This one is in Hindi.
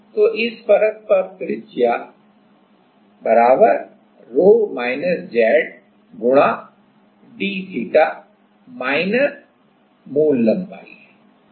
तो इस परत पर त्रिज्या ρ - Z गुणा d थीटा इसकी मूल लंबाई है